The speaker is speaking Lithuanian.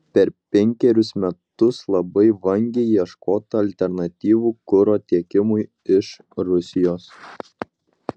per penkerius metus labai vangiai ieškota alternatyvų kuro tiekimui iš rusijos